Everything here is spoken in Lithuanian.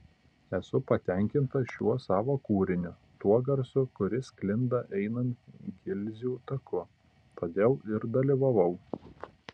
esu patenkinta šiuo savo kūriniu tuo garsu kuris sklinda einant gilzių taku todėl ir dalyvavau